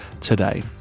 today